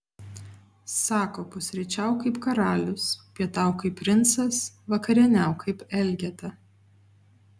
sako pusryčiauk kaip karalius pietauk kaip princas vakarieniauk kaip elgeta